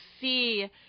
see